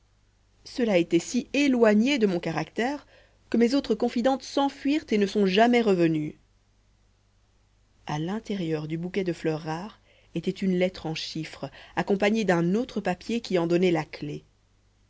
cela était si éloigné de mon caractère que mes autres confidentes s'enfuirent et ne sont jamais revenues à l'intérieur du bouquet de fleurs rares était une lettre en chiffres accompagnée d'un autre papier qui en donnait la clef